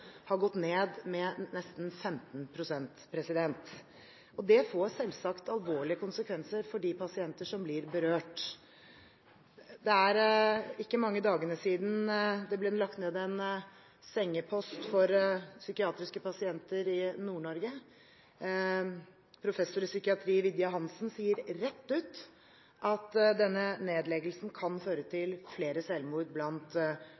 har gått ned med nesten 15 pst. Det får selvsagt alvorlige konsekvenser for de pasienter som blir berørt. Det er ikke mange dagene siden det ble lagt ned en sengepost for psykiatriske pasienter i Nord-Norge. Professor i psykiatri Vidje Hansen sier rett ut at denne nedleggelsen kan føre til flere selvmord blant